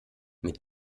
mit